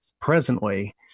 presently